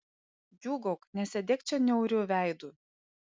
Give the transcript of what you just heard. džiūgauk nesėdėk čia niauriu veidu